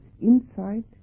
insight